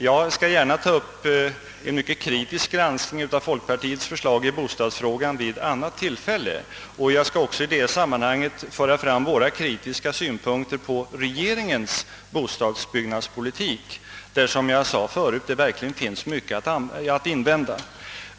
Jag skall gärna vid ett annat tillfälle ta upp folkpartiets förslag i bostadsfrågan till en mycket kritisk granskning, och jag skall då också föra fram våra kritiska synpunkter på regeringens bostadsbyggnadspolitik, mot vilken det, såsom jag sade förut, finns mycket att invända.